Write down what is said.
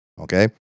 Okay